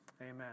Amen